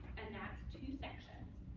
and that's two sections.